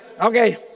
Okay